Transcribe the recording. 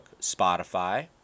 Spotify